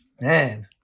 man